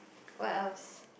what else